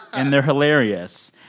and they're hilarious.